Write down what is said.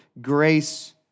grace